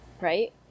right